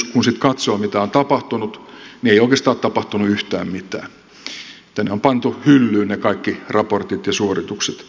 kun sitten katsoo mitä on tapahtunut niin ei oikeastaan ole tapahtunut yhtään mitään on pantu hyllyyn ne kaikki raportit ja suoritukset tältä osin